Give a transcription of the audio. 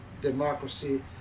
democracy